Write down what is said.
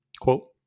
Quote